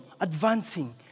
advancing